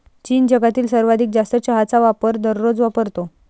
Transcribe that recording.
चीन जगातील सर्वाधिक जास्त चहाचा वापर दररोज वापरतो